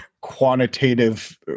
quantitative